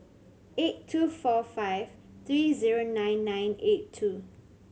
eight two four five three zero nine nine eight two